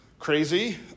crazy